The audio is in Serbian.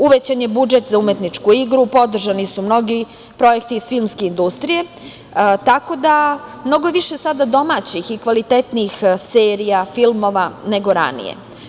Uvećan je budžet za umetničku igru, podržani su mnogi projekti iz filmske industriji, tako da mnogo je više sada domaćih i kvalitetnijih serija i filmova, nego ranije.